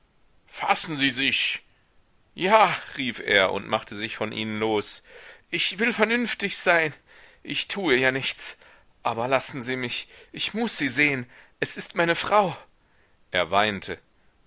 fassen sie sich ja rief er und machte sich von ihnen los ich will vernünftig sein ich tue ja nichts aber lassen sie mich ich muß sie sehen es ist meine frau er weinte